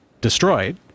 destroyed